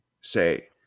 say